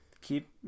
Keep